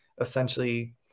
essentially